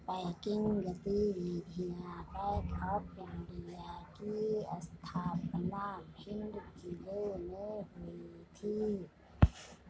banking गतिविधियां bank of India की स्थापना भिंड जिले में हुई थी